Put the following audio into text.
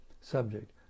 subject